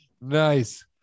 Nice